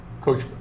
Coach